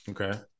Okay